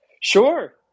Sure